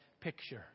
picture